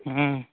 हूँ